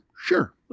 sure